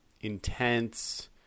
intense